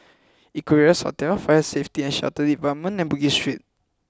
Equarius Hotel Fire Safety and Shelter Department and Bugis Street